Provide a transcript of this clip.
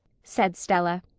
said stella.